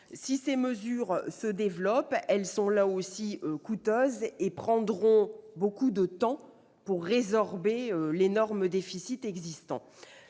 Si ces mesures se développent, elles sont coûteuses et nécessiteront beaucoup de temps pour résorber l'énorme déficit existant.